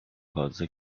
fazla